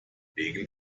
wegen